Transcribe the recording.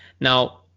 Now